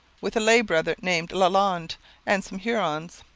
with a lay brother named lalande and some hurons.